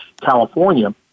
California